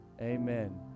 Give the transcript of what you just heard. Amen